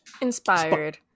Inspired